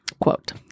quote